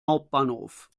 hauptbahnhof